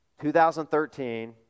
2013